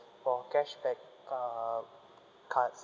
for cashback uh cards